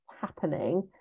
happening